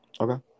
Okay